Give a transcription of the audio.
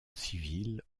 civile